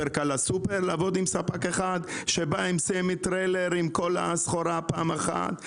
יותר קל לסופר לעבוד עם ספק אחד שבא עם סמיטריילר עם כל הסחורה פעם אחת,